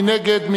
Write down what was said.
מי נגד?